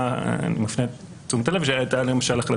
ואני מפנה את תשומת הלב שגם הייתה החלטה,